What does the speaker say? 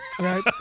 Right